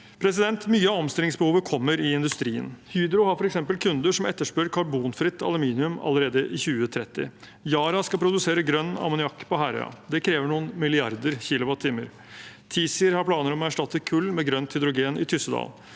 forseres. Mye av omstillingsbehovet kommer i industrien. Hydro har f.eks. kunder som etterspør karbonfritt aluminium allerede i 2030. Yara skal produsere grønn ammoniakk på Herøya. Det krever noen milliarder kilowattimer. TiZir har planer om å erstatte kull med grønt hydrogen i Tyssedal.